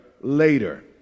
later